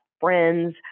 friends